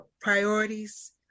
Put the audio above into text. priorities